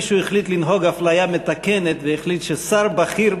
אז כנראה מישהו החליט לנהוג אפליה מתקנת והחליט ששר בכיר,